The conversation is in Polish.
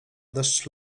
deszcz